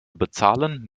bezahlen